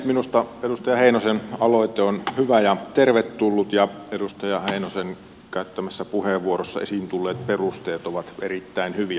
minusta edustaja heinosen aloite on hyvä ja tervetullut ja edustaja heinosen käyttämässä puheenvuorossa esiin tulleet perusteet ovat erittäin hyviä